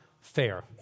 fair